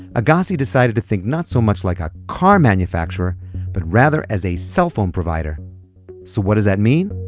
agassi decided to think not so much like a car manufacturer but rather as a cell phone provider so what does that mean?